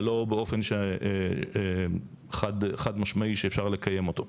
אבל לא באופן חד משמעי שאפשר לקיים אותו.